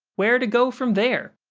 where to go from there?